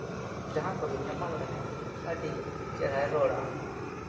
ᱡᱟᱦᱟᱸ ᱠᱚᱨᱮᱧ ᱧᱟᱯᱟᱢ ᱨᱮᱦᱚᱸ ᱟᱹᱰᱤ ᱪᱮᱦᱨᱟᱭ ᱨᱚᱲᱟ